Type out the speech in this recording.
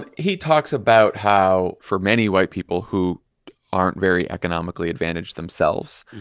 but he talks about how for many white people who aren't very economically advantaged themselves,